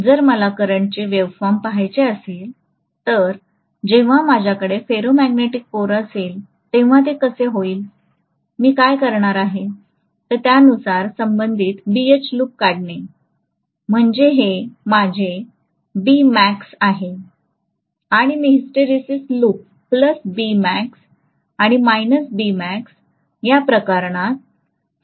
जर मला करंटचे वेव्हफॉर्म पहायचे असेल तर जेव्हा माझ्याकडे फेरोमॅग्नेटिक कोर असेल तेव्हा ते कसे होईल मी काय करणार आहे तर त्यानुसार संबंधित BH लूप काढणे म्हणजे हे माझेआहे आणि मी हिस्टरेसिस लूप आणि या प्रकरणात स्वतःस मर्यादित करते